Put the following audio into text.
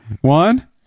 One